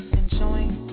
enjoying